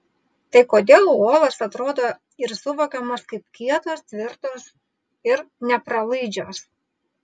tai kodėl uolos atrodo ir suvokiamos kaip kietos tvirtos ir nepralaidžios